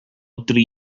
dri